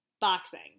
Boxing